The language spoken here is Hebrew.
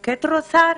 קיטרוסר,